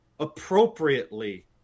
Appropriately